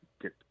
get